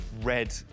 red